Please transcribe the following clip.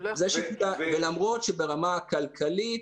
ולמרות שברמה הכלכלית,